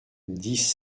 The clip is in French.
dix